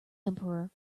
emperor